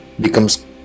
becomes